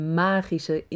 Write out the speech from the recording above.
magische